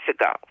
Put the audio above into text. ago